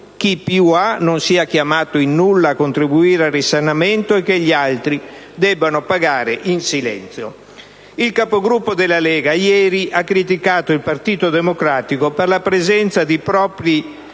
chi più ha non sia chiamato in nulla a contribuire al risanamento e che gli altri debbano pagare in silenzio. Il Capogruppo della Lega ieri ha criticato il Partito Democratico per la presenza di propri